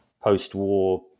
post-war